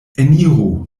eniru